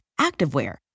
activewear